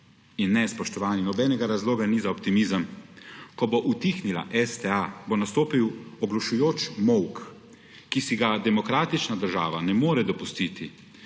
In ne, spoštovani, nobenega razloga ni za optimizem. Ko bo utihnila STA bo nastopil oglošujoč molk, ki si ga demokratična država ne more dopustiti,